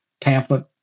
pamphlet